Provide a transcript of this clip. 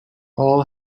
all